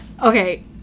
okay